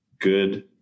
good